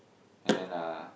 and then uh